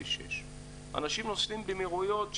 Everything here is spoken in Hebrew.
אנשים נוסעים במהירויות,